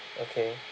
okay